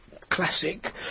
classic